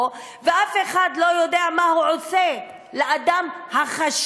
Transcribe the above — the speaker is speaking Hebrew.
ואף אחד לא יודע מה הוא עושה לאדם החשוד,